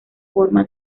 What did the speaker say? forma